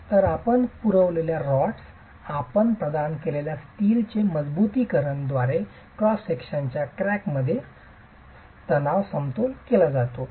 तर आपण पुरविलेल्या रॉड्स आपण प्रदान केलेल्या स्टीलची मजबुतीकरण द्वारे क्रॉस विभागा च्या क्रॅक भागामध्ये तणाव समतोल केला जातो